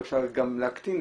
אפשר ואפשר גם להקטין,